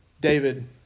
David